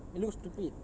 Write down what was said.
it looks stupid